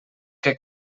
que